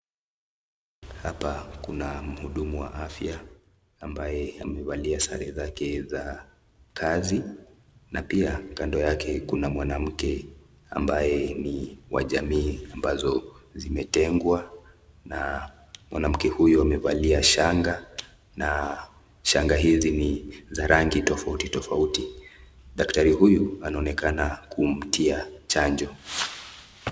Hapa kuna mhudumu wa afya ambaye amevalia sare zake za kazi na pia kando yake kuna mwanamke ambaye ni wa jamii ambazo zimetengwa na mwanamke huyu amevalia shanga na shanga hizi ni za rangi tofauti tofauti. Daktari huyu anaonekana kumtia chanjo.